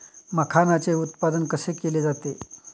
मखाणाचे उत्पादन कसे केले जाते?